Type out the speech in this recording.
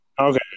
Okay